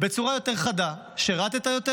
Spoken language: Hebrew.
בצורה יותר חדה: שירת יותר?